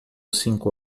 cinco